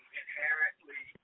inherently